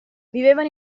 vivevano